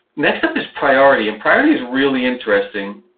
next step is priority. and priority's really interesting.